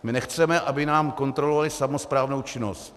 My nechceme, aby nám kontrolovali samosprávnou činnost.